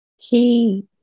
key